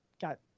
got